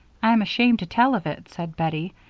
i'm ashamed to tell of it, said bettie,